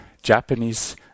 Japanese